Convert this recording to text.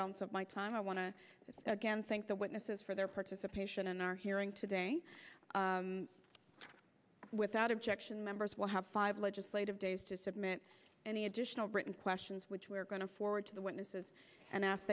balance of my time i want to again thank the witnesses for their participation in our hearing today without objection members will have five legislative days to submit any additional written questions which we are going to forward to the witnesses and a